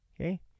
Okay